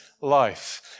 life